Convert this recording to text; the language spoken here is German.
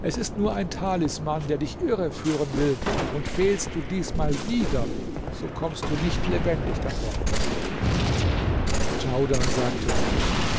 es ist nur ein talisman der dich irre führen will und fehlst du diesmal wieder so kommst du nicht lebendig davon djaudar sagte